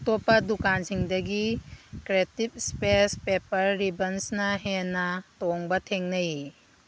ꯑꯇꯣꯞꯄ ꯗꯨꯀꯥꯟꯁꯤꯡꯗꯒꯤ creative space papers ꯔꯤꯕꯟꯁꯅ ꯍꯦꯟꯅ ꯇꯣꯡꯕ ꯊꯦꯡꯅꯩ